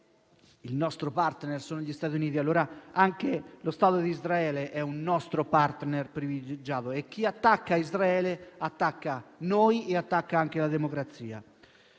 il nostro *partner* sono gli Stati Uniti, allora anche lo Stato d'Israele è un nostro *partner* privilegiato e chi attacca Israele attacca noi e anche la democrazia.